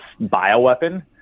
bioweapon